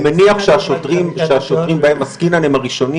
אני מניח שהשוטרים בהם עסקינן הם הראשונים